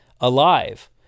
alive